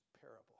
parable